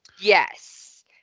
Yes